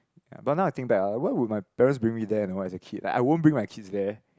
but now I think back ah why would my parents bring me there you know as a kid like I won't bring my kids there